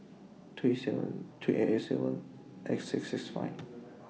three seven three eight eight seven eight six six five